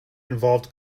involved